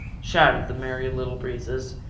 shouted the merry little breezes,